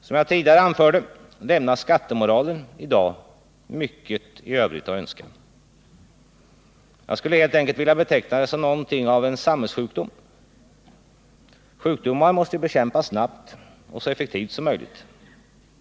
Som jag tidigare anförde lämnar skattemoralen i dag mycket övrigt att önska. Jag skulle helt enkelt vilja beteckna den som något av en samhällssjukdom. Sjukdomar måste bekämpas snabbt och så effektivt som möjligt.